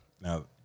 now